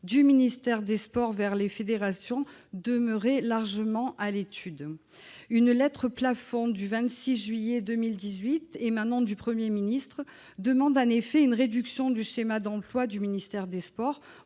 du ministère des sports vers les fédérations demeurait largement à l'étude. Une lettre plafond du 26 juillet 2018 émanant du Premier ministre demande en effet une réduction du schéma d'emplois du ministère des sports